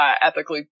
ethically